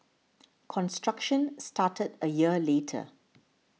construction started a year later